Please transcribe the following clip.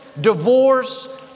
divorce